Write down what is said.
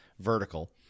vertical